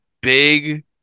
big